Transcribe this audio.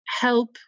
help